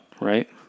right